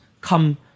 come